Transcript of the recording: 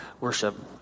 worship